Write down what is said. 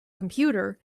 computer